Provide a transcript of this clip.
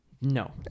No